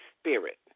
spirit